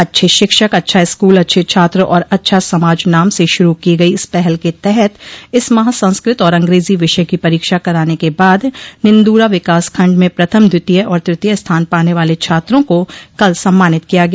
अच्छे शिक्षक अच्छा स्कूल अच्छे छात्र और अच्छा समाज नाम से शुरू की गई इस पहल के तहत इस माह संस्कृत और अंग्रेजो विषय की परीक्षा कराने के बाद निंदूरा विकास खंड में प्रथम द्वितीय और तृतीय स्थान पाने वाले छात्रों को कल सम्मानित किया गया